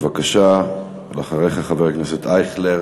בבקשה, ואחריך, חבר הכנסת אייכלר